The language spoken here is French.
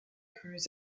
plus